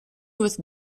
with